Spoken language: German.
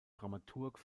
dramaturg